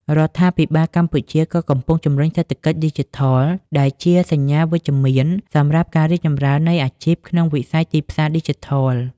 រដ្ឋាភិបាលកម្ពុជាក៏កំពុងជំរុញសេដ្ឋកិច្ចឌីជីថល ដែលជាសញ្ញាវិជ្ជមានសម្រាប់ការរីកចម្រើននៃអាជីពក្នុងវិស័យទីផ្សារឌីជីថល។